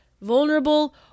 vulnerable